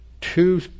two